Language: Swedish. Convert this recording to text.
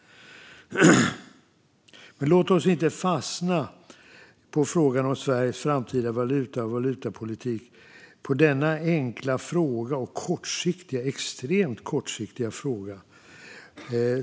Men låt oss inte fastna på frågan om Sveriges framtida valutapolitik på denna enkla och extremt kortsiktiga fråga.